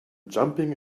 jumping